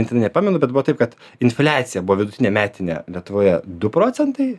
mintinai nepamenu bet buvo taip kad infliacija buvo vidutinė metinė lietuvoje du procentai